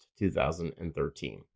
2013